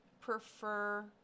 prefer